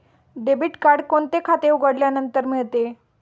Debit card कोणते खाते उघडल्यानंतर मिळते?